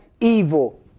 evil